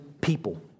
people